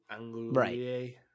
Right